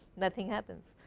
nothing happens.